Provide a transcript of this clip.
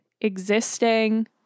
existing